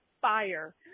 fire